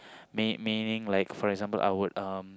meaning meaning like for example I would